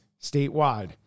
statewide